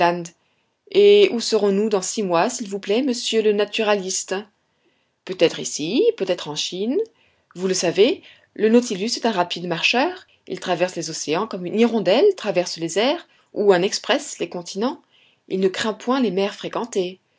et où serons-nous dans six mois s'il vous plaît monsieur le naturaliste peut-être ici peut-être en chine vous le savez le nautilus est un rapide marcheur il traverse les océans comme une hirondelle traverse les airs ou un express les continents il ne craint point les mers fréquentées